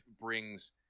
brings